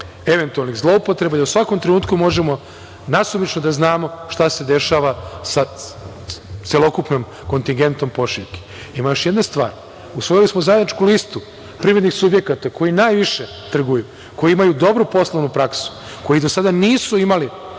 eventualnih zloupotreba, da u svakom trenutku možemo nasumično da znamo šta se dešava sa celokupnim kontigentom pošiljki. Ima još jedna stvar. Usvojili smo zajedničku listu privrednih subjekata koji najviše trguju, koju imaju dobru poslovnu praksu, koji do sada nisu imali